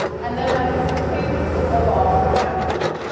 and then my favorite tool of all, the camera tool.